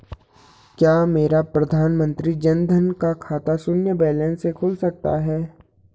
क्या मेरा प्रधानमंत्री जन धन का खाता शून्य बैलेंस से खुल सकता है?